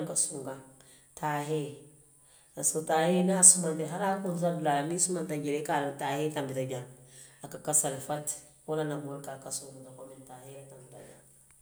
Mu ne ka sunkaŋ, taahee, parisek taahee niŋ a sumantaa aniŋ a kuntuta dulaa la niŋ i sumanta dulaa la i ka loŋ ne ko taahee le tanbita jaŋ na, a ka kasa le fati. Wo le ye atinna moolu ko a kakazoo muta komiŋ taahee tanbita.